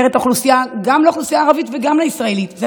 גם לאוכלוסייה הערבית וגם לישראלית,